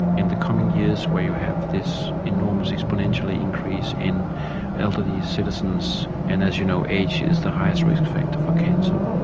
in the coming years where you have this enormous exponential increase in elderly citizens, and as you know age is the highest risk factor for cancer,